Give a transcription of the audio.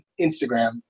Instagram